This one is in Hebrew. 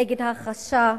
נגד ההכחשה,